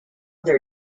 their